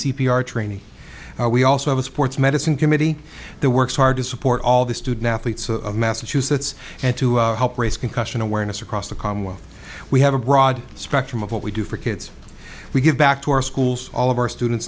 r training we also have a sports medicine committee that works hard to support all the student athletes of massachusetts and to help raise concussion awareness across the commonwealth we have a broad spectrum of what we do for kids we give back to our schools all of our students